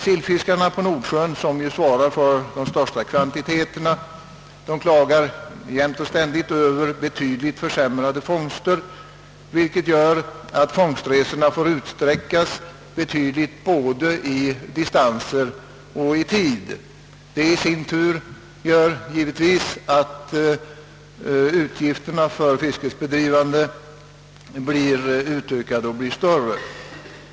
Sillfiskarna på Nordsjön, som svarar för de största kvantiteterna, klagar jämt och ständigt över mycket försämrade fångster, vilket gör att fångstresorna måste utsträckas betydligt både i distans och i tid. I sin tur gör detta givetvis att utgifterna för fiskets bedrivande blir större.